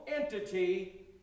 entity